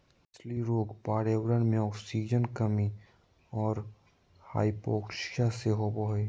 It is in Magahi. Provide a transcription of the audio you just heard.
मछली रोग पर्यावरण मे आक्सीजन कमी और हाइपोक्सिया से होबे हइ